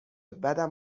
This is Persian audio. بدم